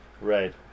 Right